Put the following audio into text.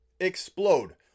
explode